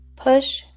Push